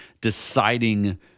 deciding